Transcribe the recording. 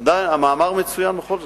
אידר, המאמר מצוין בכל זאת.